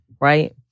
right